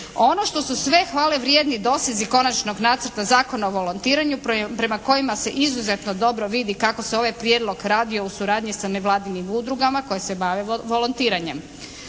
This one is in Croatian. Ono što su sve hvalevrijedni dosezi Konačnog nacrta Zakona o volontiranju prema kojima se izuzetno dobro vidi kako se ovaj Prijedlog radio u suradnji sa nevladinim udrugama koje se bave volontiranjem.